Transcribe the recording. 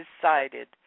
decided